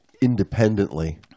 independently